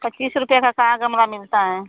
पचीस रुपिया का कहाँ गमला मिलता है